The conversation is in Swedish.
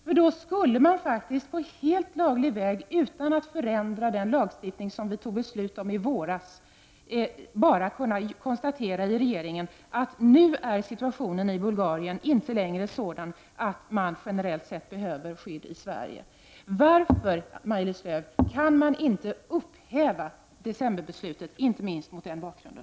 Man skulle faktiskt på helt laglig väg, utan att förändra den lagstiftning som vi fattade beslut om i våras, kunna konstatera i regeringen att situationen i Bulgarien nu inte längre är sådan att man generellt sett behöver skydd i Sverige. Varför, Maj-Lis Lööw, kan man inte upphäva decemberbeslutet — inte minst mot den bakgrunden?